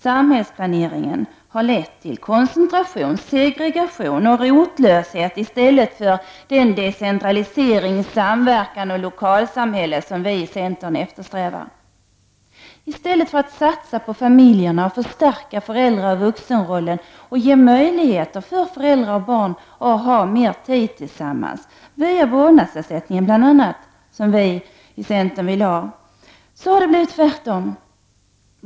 Samhällsplaneringen har lett till koncentration, segregation och rotlöshet i stället för den decentralisering, samverkan och de lokalsamhällen som centern eftersträvar. I stället för att satsa på familjerna, förstärka föräldraoch vuxenrollen och ge möjligheter för föräldrar och barn att ha mer tid tillsammans, bl.a. via vårdnadsersättningen som centern vill ha, har det blivit tvärtom.